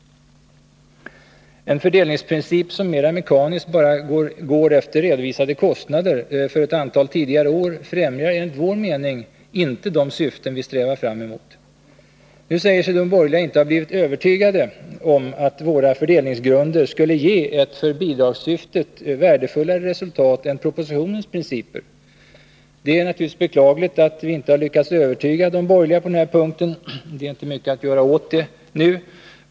En fördelningsprincip som mera mekaniskt bara går efter redovisade kostnader för ett antal tidigare år främjar enligt vår mening inte de syften vi strävar fram emot. Nu säger sig de borgerliga inte ha blivit övertygade om att våra fördelningsgrunder skulle ge ett för bidragssyftet värdefullare resultat än propositionens principer. Det är naturligtvis beklagligt att vi inte lyckats övertyga de borgerliga på den här punkten. Det är inte mycket att göra åt detta nu.